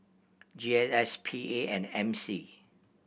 G S S P A and M C